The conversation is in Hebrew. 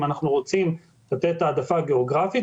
אם אנחנו רוצים לתת העדפה גיאוגרפית,